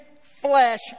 flesh